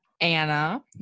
Anna